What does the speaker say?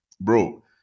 bro